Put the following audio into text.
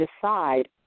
decide